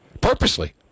purposely